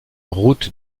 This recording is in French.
route